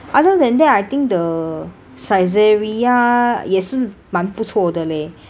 other than that I think the saizeriya 也是蛮不错的 leh